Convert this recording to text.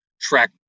track